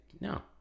no